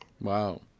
wow